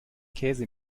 käse